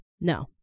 No